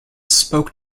spoke